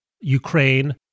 Ukraine